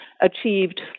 achieved